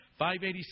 586